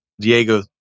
Diego